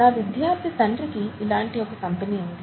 నా విద్యార్ధి తండ్రికి ఇలాంటి ఒక కంపెనీ ఉంది